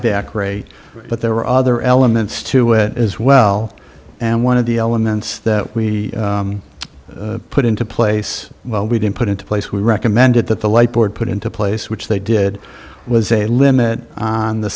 rate but there were other elements to it as well and one of the elements that we put into place well we didn't put into place we recommended that the light board put into place which they did was a limit on the